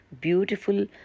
beautiful